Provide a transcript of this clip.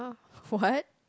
what